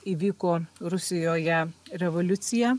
įvyko rusijoje revoliucija